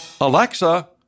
Alexa